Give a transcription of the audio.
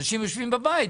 אנשים יושבים בבית,